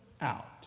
out